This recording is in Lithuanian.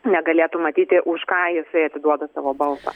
negalėtų matyti už ką jisai atiduoda savo balsą